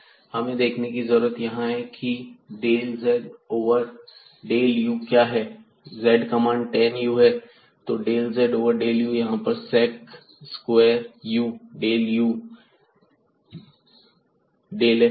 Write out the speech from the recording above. हमें देखने की जरूरत है कि यहां पर del z over del u क्या है z का मान tan u है तो del z over del u यहां पर sec square u del u over del x होगा